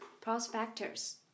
prospectors